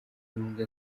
ubumwe